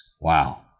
Wow